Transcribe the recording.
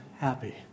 happy